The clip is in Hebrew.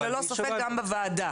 וללא ספק גם בוועדה.